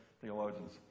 theologians